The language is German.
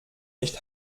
nicht